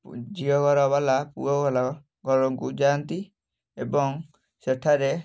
ପୁ ଝିଅଘର ବାଲା ପୁଅ ବାଲା ଘରକୁ ଯାଆନ୍ତି ଏବଂ ସେଠାରେ